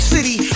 City